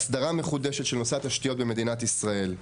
אסדרה מחודשת של נושא התשתיות במדינת ישראל.